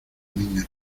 niña